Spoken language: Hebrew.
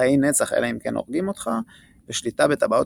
חיי נצח אלא אם כן הורגים אותך ושליטה בטבעות